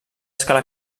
escala